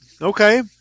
okay